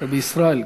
רבי ישראל,